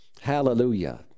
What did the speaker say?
Hallelujah